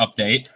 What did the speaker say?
update